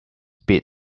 bit